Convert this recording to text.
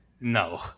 no